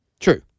True